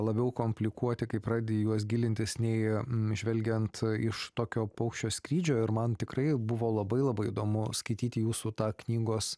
labiau komplikuoti kaip radijuos gilintis nei a m žvelgiant i iš tokio paukščio skrydžio ir man tikrai buvo labai labai įdomu skaityti jūsų tą knygos